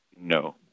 No